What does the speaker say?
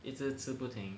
一直吃不停